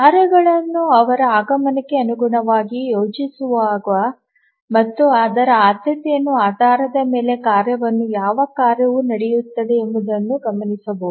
ಕಾರ್ಯಗಳನ್ನು ಅವರ ಆಗಮನಕ್ಕೆ ಅನುಗುಣವಾಗಿ ಯೋಜಿಸುವಾಗ ಮತ್ತು ಅವರ ಆದ್ಯತೆಯ ಆಧಾರದ ಮೇಲೆ ಕಾರ್ಯವನ್ನು ಯಾವ ಕಾರ್ಯವು ನಡೆಸುತ್ತದೆ ಎಂಬುದನ್ನು ಗಮನಿಸಬಹುದು